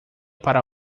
para